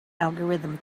algorithm